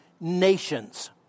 nations